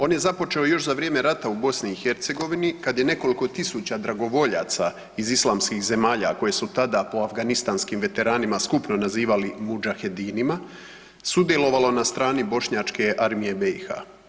On je započeo još za vrijeme rata u BiH kad je nekoliko tisuća dragovoljaca iz islamskih zemalja koje su tada po afganistanskim veteranima skupno nazivali mudžahedinima sudjelovalo na strani Bošnjačke armije BiH.